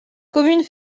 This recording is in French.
commune